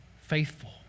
faithful